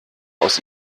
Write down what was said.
aus